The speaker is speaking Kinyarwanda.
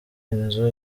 inzu